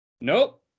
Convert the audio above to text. Nope